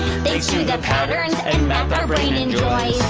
thanks to the patterns and math our brain enjoys,